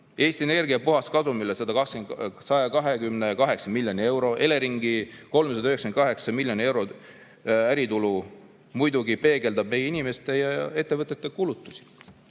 Eesti Energia puhaskasum üle 128 miljoni euro ja Eleringi 398 miljoni eurone äritulu muidugi peegeldavad meie inimeste ja ettevõtete kulutusi.